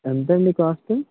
ఏంతండీ cost